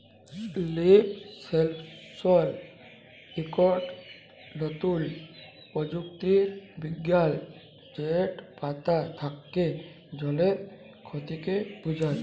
leaf সেলসর ইকট লতুল পরযুক্তি বিজ্ঞাল যেট পাতা থ্যাকে জলের খতিকে বুঝায়